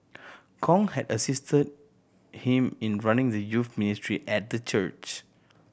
Kong had assisted him in running the youth ministry at the church